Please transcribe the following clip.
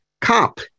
Cop